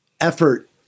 effort